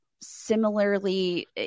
similarly